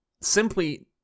simply